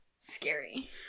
scary